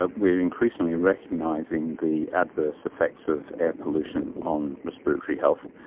ah we are increasingly recognising the adverse effects of air pollution on respiratory health.